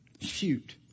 Shoot